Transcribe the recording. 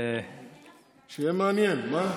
שיהיה מעניין, מה?